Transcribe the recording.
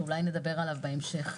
שאולי נדבר עליו בהמשך,